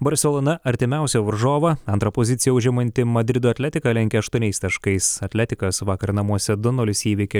barselona artimiausią varžovą antrą poziciją užimantį madrido atletiką lenkia aštuoniais taškais atletikas vakar namuose du nulis įveikė